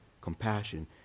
compassion